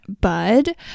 bud